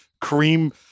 cream